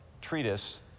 treatise